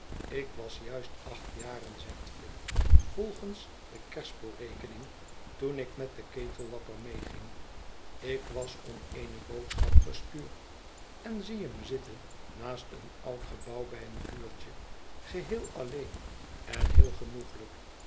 ik was juist acht jaren zegt phil volgens de kerspel rekening toen ik met den ketéllapper meeging ik was om eene boodschap gestuurd en zie hem zitten naast een oud gebouw bij een vuurtje geheel alleen en heel genoeglijk